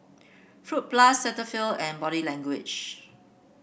Fruit Plus Cetaphil and Body Language